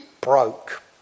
broke